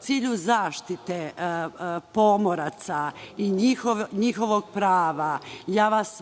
cilju zaštite pomoraca i njihovog prava,